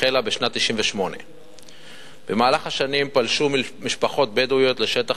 מדובר בתפיסת חזקה שהחלה בשנת 1998. במהלך השנים פלשו משפחות בדואיות לשטח,